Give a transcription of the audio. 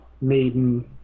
Maiden